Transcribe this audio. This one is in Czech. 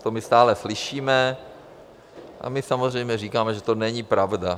To my stále slyšíme a my samozřejmě říkáme, že to není pravda.